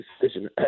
decision